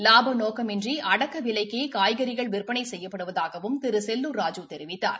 லாப நோக்கமின்றி அடக்கவிலைக்கே காய்கறிகள் விற்பனை செய்யப்படுவதாகவும் திரு செல்லூர்ராஜு தெரிவித்தார்